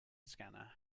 scanner